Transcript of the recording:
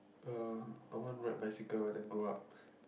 er I won't ride bicycle when I grow up